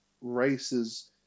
races